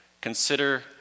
consider